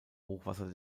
hochwasser